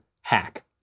hack